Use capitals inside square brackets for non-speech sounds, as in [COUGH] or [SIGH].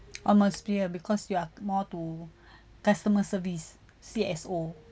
[NOISE] atmosphere because you are more to [BREATH] customer service C_S_O